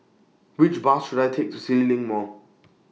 Which Bus should I Take to CityLink Mall